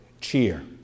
cheer